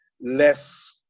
less